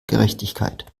gerechtigkeit